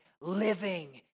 living